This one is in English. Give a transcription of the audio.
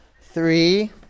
Three